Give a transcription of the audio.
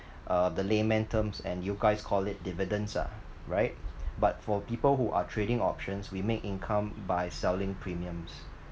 uh the layman terms and you guys call it dividends ah right but for people who are trading options we make income by selling premiums